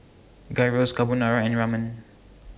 Gyros Carbonara and Ramen